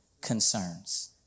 concerns